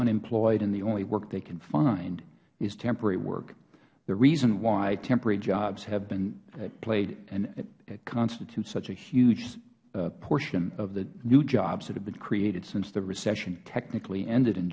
unemployed and the only work they can find is temporary work the reason why temporary jobs constitute such a huge portion of the new jobs that have been created since the recession technically ended in